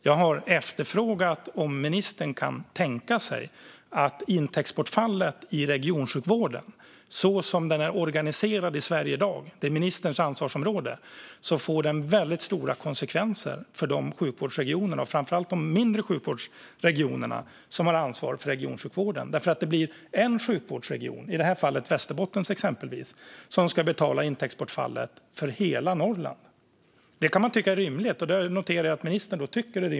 Jag har frågat om ministern kan tänka sig att se på intäktsbortfallet i regionsjukvården såsom den är organiserad i Sverige i dag. Det är ministerns ansvarsområde. Det får väldigt stora konsekvenser för de sjukvårdsregionerna, och framför allt för de mindre regionerna som har ansvaret för regionsjukvården. Det blir en sjukvårdsregion, i det här fallet exempelvis Västerbottens sjukvårdsregion, som ska betala intäktsbortfallet för hela Norrland. Det kan man tycka är rimligt. Det noterar jag att ministern tycker.